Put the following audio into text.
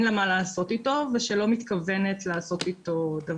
לה מה לעשות איתו ושהיא לא מתכוונת לעשות איתו דבר.